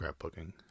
scrapbooking